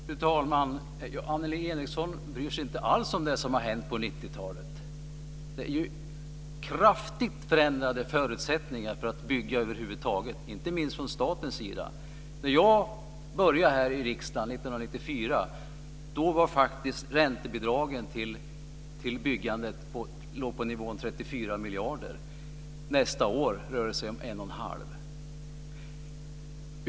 Fru talman! Annelie Enochson bryr sig inte alls om det som har hänt på 90-talet. Det har ju blivit kraftigt förändrade förutsättningar för att bygga över huvud taget, inte minst från statens sida. När jag började här i riksdagen 1994 låg räntebidragen till byggandet på nivån 34 miljarder. Nästa år rörde det sig om 1 1⁄2 miljard.